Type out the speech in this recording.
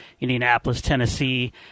Indianapolis-Tennessee